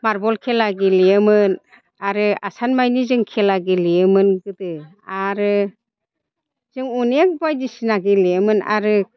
marble खेला गेलेयोमोन आरो आसानमानि जों खेला गेलेयोमोन गोदो आरो जों अनेक बायदिसिना गेलेयोमोन आरो